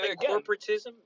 Corporatism